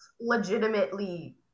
legitimately